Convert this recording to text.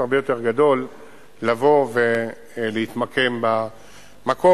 הרבה יותר גדול לבוא ולהתמקם במקום.